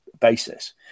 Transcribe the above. basis